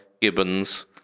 Gibbons